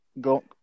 go